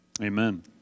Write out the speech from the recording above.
Amen